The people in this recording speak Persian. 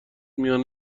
میان